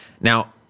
Now